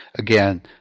Again